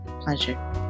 Pleasure